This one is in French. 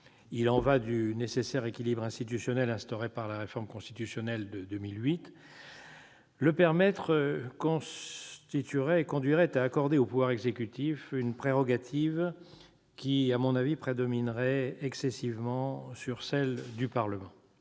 Il y va du nécessaire équilibre institutionnel instauré par la réforme constitutionnelle de 2008. Cela conduirait à accorder au pouvoir exécutif une prérogative qui, à mon avis, prédominerait excessivement sur celle du Parlement.